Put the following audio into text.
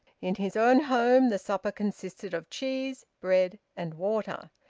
in his own home the supper consisted of cheese, bread, and water,